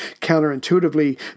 Counterintuitively